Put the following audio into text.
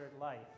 life